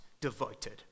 devoted